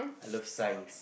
I love science